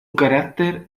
carácter